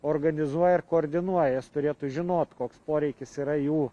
organizuoja ir koordinuoja jos turėtų žinot koks poreikis yra jų